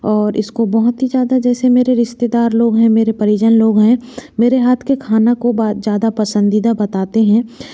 और इसको बहुत ही ज़्यादा जैसे मेरे रिश्तेदार लोग हैं मेरे परिजन लोग हैं मेरे हाथ के खाना को बार ज़्यादा पसंदीदा बताते हैं